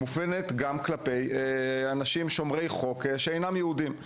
מופנית גם כלפי אנשים שומרי חוק שאינם יהודים.